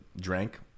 drank